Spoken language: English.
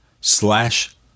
slash